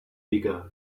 bigger